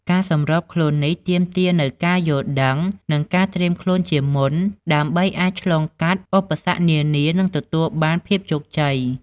ការសម្របខ្លួននេះទាមទារនូវការយល់ដឹង និងការត្រៀមខ្លួនជាមុន ដើម្បីអាចឆ្លងកាត់ឧបសគ្គនានា និងទទួលបានភាពជោគជ័យ។